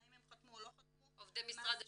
האם הם חתמו או לא חתמו --- הם עובדי משרד השיכון?